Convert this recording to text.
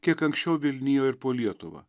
kiek anksčiau vilnijo ir po lietuvą